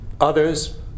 others